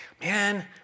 Man